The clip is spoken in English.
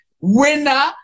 winner